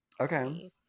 Okay